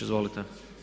Izvolite.